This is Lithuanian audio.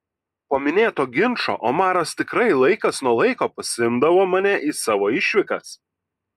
po minėto ginčo omaras tikrai laikas nuo laiko pasiimdavo mane į savo išvykas